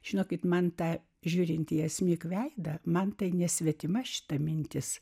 žino kaip man tą žiūrintį į asmik veidą man tai nesvetima šita mintis